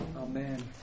Amen